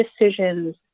decisions